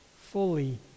fully